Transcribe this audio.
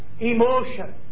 emotion